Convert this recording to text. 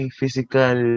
physical